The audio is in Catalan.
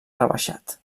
rebaixat